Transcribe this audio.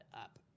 up